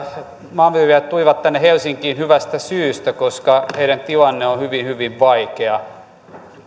maanviljelijät tulivat tänne helsinkiin hyvästä syystä koska heidän tilanteensa on hyvin hyvin vaikea